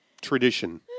tradition